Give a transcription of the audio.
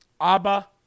Abba